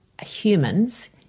humans